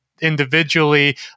Individually